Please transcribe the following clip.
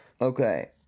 Okay